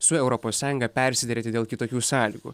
su europos sąjunga persiderėti dėl kitokių sąlygų